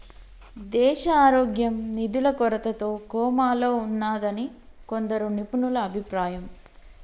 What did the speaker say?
దేశారోగ్యం నిధుల కొరతతో కోమాలో ఉన్నాదని కొందరు నిపుణుల అభిప్రాయం